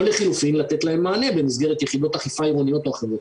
או לחילופין לתת להם מענה במסגרת יחידות אכיפה עירוניות או אחרות.